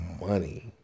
money